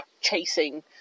chasing